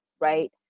right